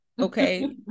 okay